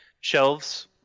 shelves